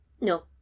No